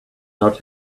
not